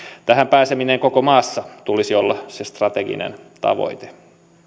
tähän pääseminen koko maassa tulisi olla se strateginen tavoite